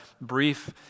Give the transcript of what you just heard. brief